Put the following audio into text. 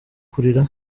kurira